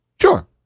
sure